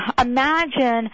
imagine